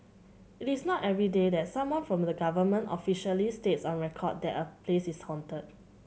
it is not everyday that someone from the government officially states on record that a place is haunted